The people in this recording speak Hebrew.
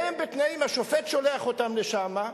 והם בתנאים, השופט שולח אותם לשם,